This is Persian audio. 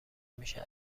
میشه